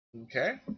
Okay